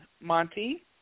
Monty